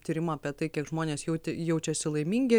tyrimą apie tai kiek žmonės jautė jaučiasi laimingi